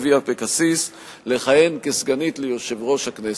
לוי אבקסיס לכהן כסגנית ליושב-ראש הכנסת.